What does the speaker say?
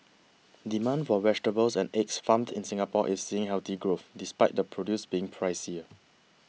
demand for vegetables and eggs farmed in Singapore is seeing healthy growth despite the produce being pricier